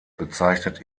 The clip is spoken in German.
bezeichnet